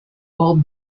old